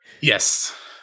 Yes